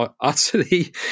utterly